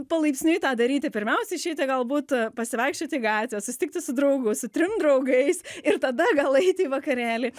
palaipsniui tą daryti pirmiausia išeiti galbūt pasivaikščiot į gatvę susitikti su draugu su trim draugais ir tada gal eiti į vakarėlį